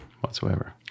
whatsoever